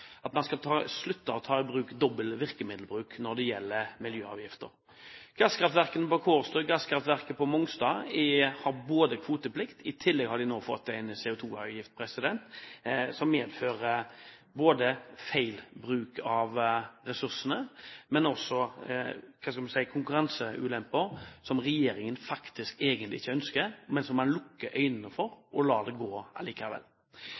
dobbel virkemiddelbruk når det gjelder miljøavgifter. Gasskraftverket på Kårstø og gasskraftverket på Mongstad har kvoteplikt. I tillegg har de nå fått en CO2-avgift som medfører både feil bruk av ressursene og konkurranseulemper som regjeringen faktisk egentlig ikke ønsker, men som man lukker øynene for og lar gå allikevel.